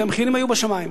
כי המחירים היו בשמים.